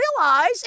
realize